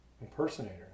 Impersonator